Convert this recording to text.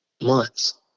months